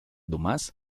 dumas